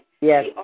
Yes